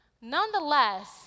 Nonetheless